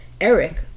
Eric